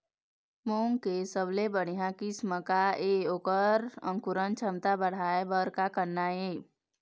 मूंग के सबले बढ़िया किस्म का ये अऊ ओकर अंकुरण क्षमता बढ़ाये बर का करना ये?